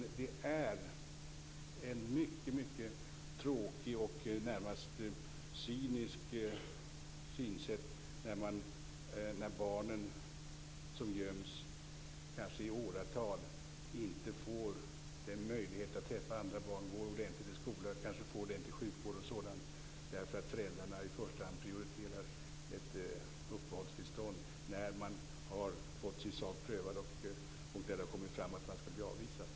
Det är dock mycket tråkigt och närmast cyniskt när barn göms kanske i åratal, utan möjlighet att träffa andra barn, utan ordentlig skolgång, kanske utan en bra sjukvård osv., i fall där föräldrarna i första hand prioriterar ett uppehållstillstånd sedan de har fått sin sak prövad och det har kommit fram att de skall bli avvisade.